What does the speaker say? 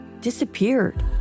disappeared